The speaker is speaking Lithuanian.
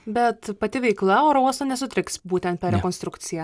bet pati veikla oro uosto nesutriks būtent per rekonstrukciją